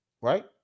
right